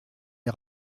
les